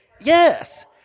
Yes